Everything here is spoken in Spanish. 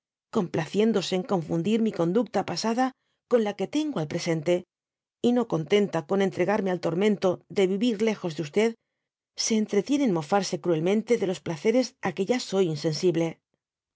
complaciéndose en confundir mi conducta pasada con la que tengo al presente y no contrita con entregarme al tomento de vivir lejos de se entretiene en mofarse cniel mente de los placeres á que ya soy issensible